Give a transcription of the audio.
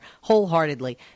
wholeheartedly